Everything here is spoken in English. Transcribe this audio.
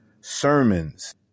sermons